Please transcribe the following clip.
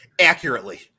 Accurately